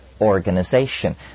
organization